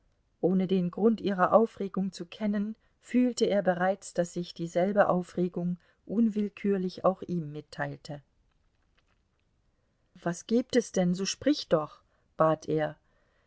ohne den grund ihrer aufregung zu kennen fühlte er bereits daß sich dieselbe aufregung unwillkürlich auch ihm mitteilte was gibt es denn so sprich doch bat er